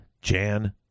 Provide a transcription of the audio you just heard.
Jan